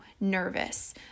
nervous